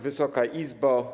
Wysoka Izbo!